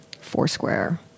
Foursquare